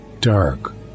dark